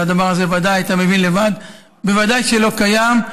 הדבר הזה, אתה מבין לבד, בוודאי שלא קיים,